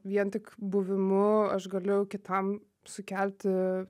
vien tik buvimu aš galiu kitam sukelti